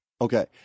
okay